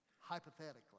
Hypothetically